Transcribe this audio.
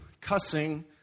cussing